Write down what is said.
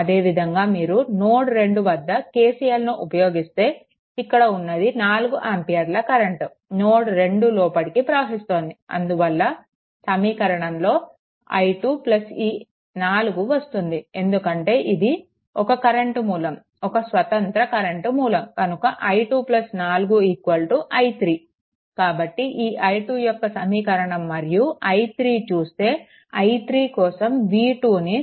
అదేవిధంగా మీరు నోడ్ 2 వద్ద KCLను ఉపయోగిస్తే ఇక్కడ ఉన్న 4 ఆంపియర్ల కరెంట్ నోడ్ 2 లోపలికి ప్రవహిస్తుంది అందువల్ల సమీకరణంలో i2 ఈ 4 వస్తుంది ఎందుకంటే ఇది ఒక కరెంట్ మూలం ఒక స్వతంత్ర కరెంట్ మూలం కనుక i 2 4 i3 కాబట్టిఇది i2 యొక్క సమీకరణం మరియు i3 చూస్తే i3 కోసం v2ను 0